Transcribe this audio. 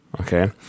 Okay